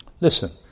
Listen